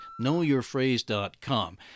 KnowYourPhrase.com